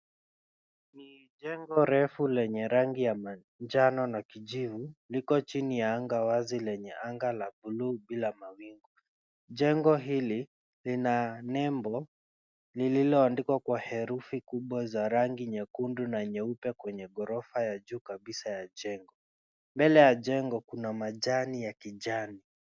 Ni jengo refu lenye rangi ya njano na kijivu liko jini ya angaa wazi lenye angaa la bluu bila mawingu. Jengo hili lina nebo lililoandikwa kwa herufi kubwa za rangi nyekundu na nyeupe kwenye ghorofa ya juu kabisa ya jengo, mbele ya jengo kuna majani ya kijani.